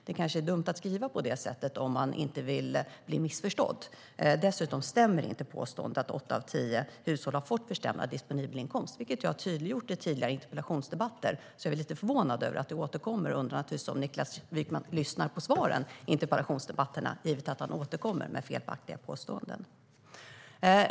Det är kanske dumt att skriva på det sättet om man inte vill bli missförstådd. Dessutom stämmer inte påståendet att åtta av tio hushåll har fått försämrad disponibelinkomst, vilket jag har tydliggjort i tidigare interpellationsdebatter. Jag är därför lite förvånad över att det återkommer och undrar naturligtvis om Niklas Wykman lyssnar på svaren i interpellationsdebatterna givet att han återkommer med felaktiga påståenden.